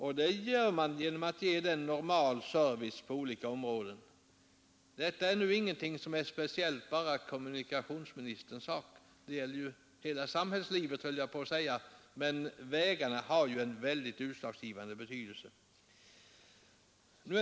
Och det gör man genom att ge den normal service på olika områden. Det är ingenting som speciellt är kommunikationsministerns sak det gäller hela samhällslivet — men vägarna har en utslagsgivande betydelse.